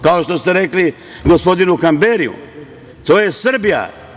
Kao što ste rekli gospodinu Kamberiju – to je Srbija.